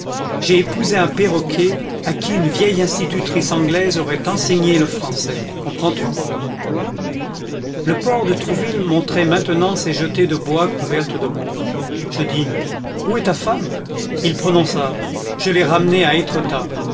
j'ai épousé un perroquet à qui une vieille institutrice anglaise aurait enseigné le français comprends-tu le port de trouville montrait maintenant ses jetées de bois couvertes de monde je dis où est ta femme il prononça je l'ai ramenée à étretat